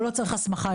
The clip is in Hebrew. או לא צריך הסמכה,